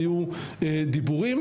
היו דיבורים,